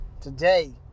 Today